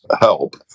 help